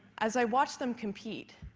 as i watched them compete,